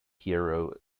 piero